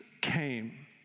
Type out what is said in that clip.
came